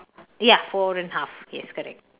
ya fold in half yes correct